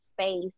space